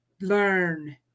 learn